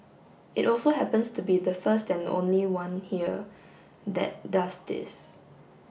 it also happens to be the first and only one here that does this